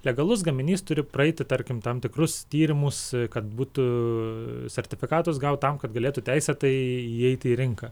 legalus gaminys turi praeiti tarkim tam tikrus tyrimus kad būtų sertifikatus gaut tam kad galėtų teisėtai įeiti į rinką